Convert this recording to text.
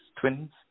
twins